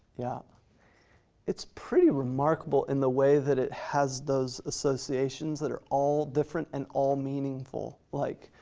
yeah it's pretty remarkable in the way that it has those associations that are all different and all meaningful. like,